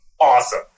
awesome